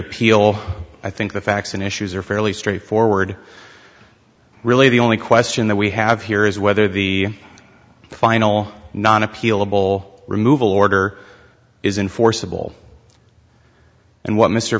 appeal i think the facts and issues are fairly straightforward really the only question that we have here is whether the final non appealable removal order is enforceable and what mr